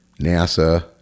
nasa